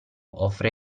offre